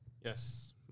Yes